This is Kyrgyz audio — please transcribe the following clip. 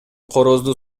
корозду